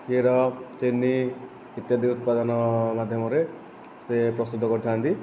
କ୍ଷୀର ଚିନି ଇତ୍ୟାଦି ଉତ୍ପାଦନ ମାଧ୍ୟମରେ ସେ ପ୍ରସିଦ୍ଧ କରିଥାନ୍ତି